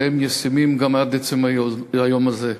שהם ישימים גם עד עצם היום הזה.